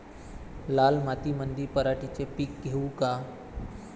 लाल मातीमंदी पराटीचे पीक घेऊ का?